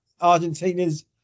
Argentina's